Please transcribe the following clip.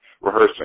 rehearsing